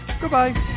Goodbye